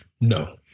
No